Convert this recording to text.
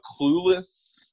clueless